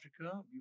Africa